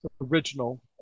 original